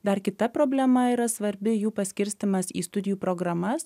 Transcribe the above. dar kita problema yra svarbi jų paskirstymas į studijų programas